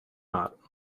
not